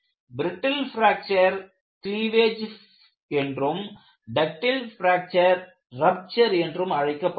பிரட்டில் fracture cleavage என்றும் ductile fracture rupture என்றும் அழைக்கப்படுகிறது